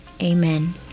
Amen